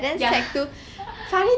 ya